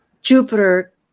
Jupiter